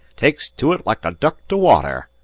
takes to ut like a duck to water,